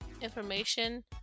information